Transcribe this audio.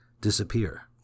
disappear